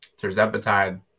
Terzepatide